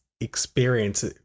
experience